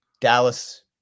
dallas